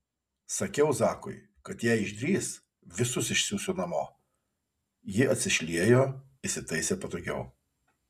sakiau zakui kad jei išdrįs visus išsiųsiu namo ji atsišliejo įsitaisė patogiau